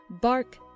bark